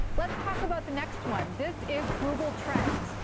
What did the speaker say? let's talk about the next one. this is google trends.